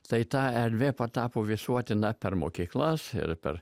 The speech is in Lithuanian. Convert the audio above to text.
tai ta erdvė patapo visuotina per mokyklas ir per